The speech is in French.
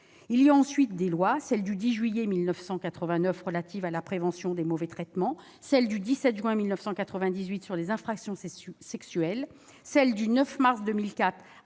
Il y a ensuite des lois, celle du 10 juillet 1989 relative à la prévention des mauvais traitements, celle du 17 juin 1998 sur les infractions sexuelles, celle du 9 mars 2004